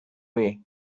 way